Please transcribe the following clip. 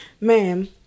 ma'am